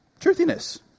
Truthiness